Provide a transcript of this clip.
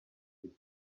would